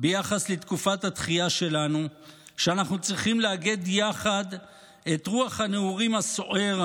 ביחס לתקופת התחייה שלנו שאנחנו צריכים לאגד יחד את רוח הנעורים הסוער,